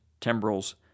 timbrels